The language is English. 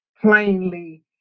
plainly